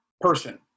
person